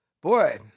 Boy